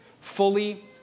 fully